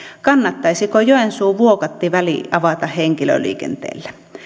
kannattaisiko joensuu vuokatti väli avata henkilöliikenteelle